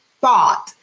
thought